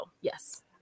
yes